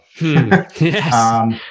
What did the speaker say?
Yes